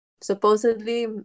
supposedly